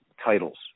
titles